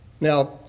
now